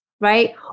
right